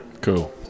Cool